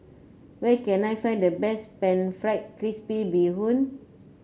where can I find the best pan fried crispy Bee Hoon